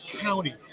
county